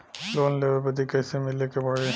Loan लेवे बदी कैसे मिले के पड़ी?